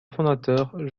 fondateur